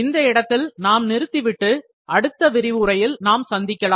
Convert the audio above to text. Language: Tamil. இந்த இடத்தில் நாம் நிறுத்திவிட்டு அடுத்த விரிவுரையில் நாம் சந்திக்கலாம்